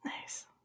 Nice